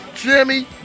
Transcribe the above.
Jimmy